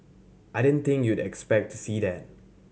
I didn't think you'd expect to see that